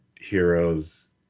heroes